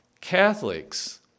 Catholics